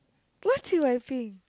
what she wiping